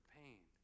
pain